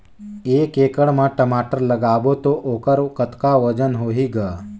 एक एकड़ म टमाटर लगाबो तो ओकर कतका वजन होही ग?